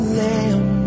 lamb